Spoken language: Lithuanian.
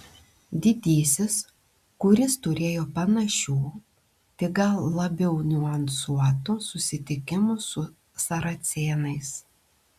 didysis kuris turėjo panašių tik gal labiau niuansuotų susitikimų su saracėnais